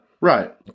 Right